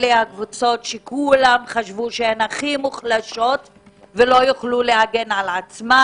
אלה הקבוצות שכולם חשבו שהן הכי מוחלשות ולא יוכלו להגן על עצמן